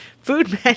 Food